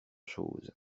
chose